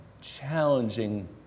challenging